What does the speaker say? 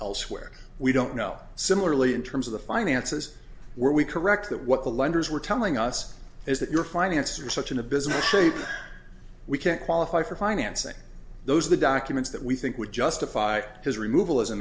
elsewhere we don't know similarly in terms of the finances were we correct that what the lenders were telling us is that your finances are such in a business we can't qualify for financing those are the documents that we think would justify his removal as a